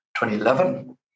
2011